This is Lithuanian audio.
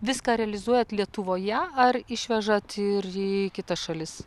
viską realizuojat lietuvoje ar išvežat ir į kitas šalis